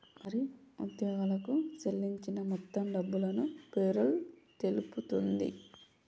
మరి ఉద్యోగులకు సేల్లించిన మొత్తం డబ్బును పేరోల్ తెలుపుతుంది